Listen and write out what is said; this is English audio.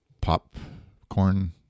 popcorn